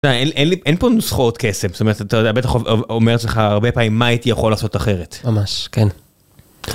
אין לי פה נוסחות קסם. זאת אומרת אתה בטח עובדת שלך אומרת לך המון פעמים מה הייתי יכול לעשות אחרת. ממש כן!